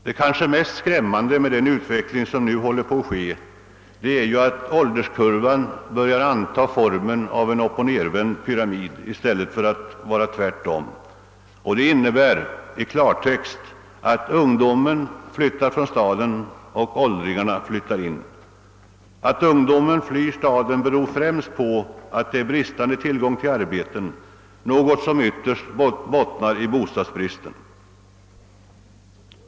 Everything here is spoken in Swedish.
Det kanske mest skrämmande med den utveckling som pågår är att ålderskurvan börjar anta formen av en uppochnedvänd pyramid i stället för att vara tvärtom. Det innebär i klartext att ungdomen flyttar från staden och åldringarna flyttar in. Att ungdomen flyr staden beror främst på bristande tillgång på arbete, något som ytterst bottnar i bostadsbrist.